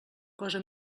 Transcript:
cosa